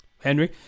Henry